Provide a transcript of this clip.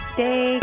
Stay